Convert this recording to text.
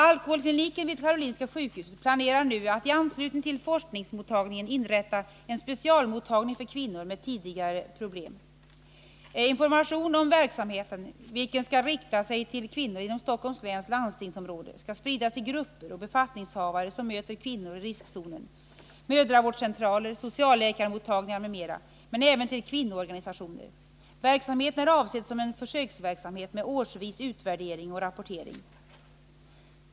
Alkoholkliniken vid Karolinska sjukhuset planerar nu att i anslutning till forskningsmottagningen inrätta en specialmottagning för kvinnor med tidigare problem. Information om verksamheten, vilken skall rikta sig till kvinnor inom Stockholms läns landstingsområde, skall spridas till grupper och befattningshavare som möter kvinnor i riskzonen, mödravårdscentraler, socialläkarmottagningar m.m. men även till kvinnoorganisationer. Verksamheten är avsedd som en försöksverksamhet med årsvis utvärdering och rapportering.